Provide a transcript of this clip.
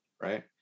right